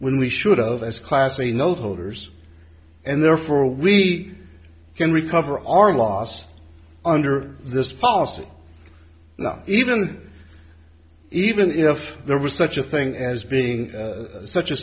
when we should of as class a note holders and therefore we can recover our loss under this policy even even if there was such a thing as being such a